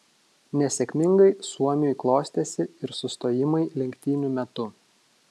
nesėkmingai suomiui klostėsi ir sustojimai lenktynių metu